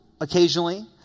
occasionally